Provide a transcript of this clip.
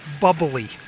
bubbly